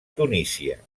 tunísia